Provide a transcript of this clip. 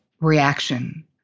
reaction